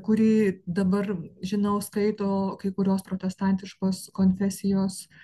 kurį dabar žinau skaito kai kurios protestantiškos konfesijos